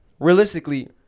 Realistically